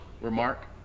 remark